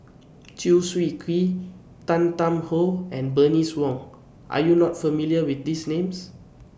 Chew Swee Kee Tan Tarn How and Bernice Wong Are YOU not familiar with These Names